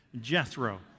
Jethro